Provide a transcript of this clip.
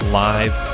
live